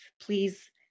please